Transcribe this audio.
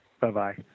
Bye-bye